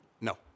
No